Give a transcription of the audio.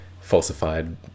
falsified